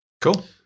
Cool